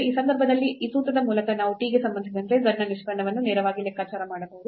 ಆ ಸಂದರ್ಭದಲ್ಲಿ ಈ ಸೂತ್ರದ ಮೂಲಕ ನಾವು t ಗೆ ಸಂಬಂಧಿಸಿದಂತೆ z ನ ನಿಷ್ಪನ್ನವನ್ನು ನೇರವಾಗಿ ಲೆಕ್ಕಾಚಾರ ಮಾಡಬಹುದು